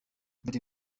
buri